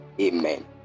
amen